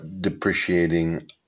depreciating